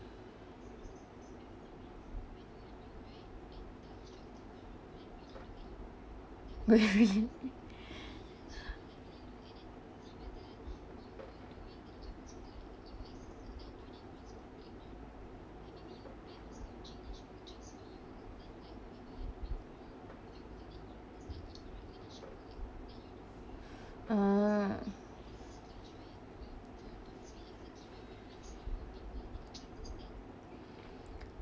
buried ah